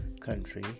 country